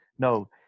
No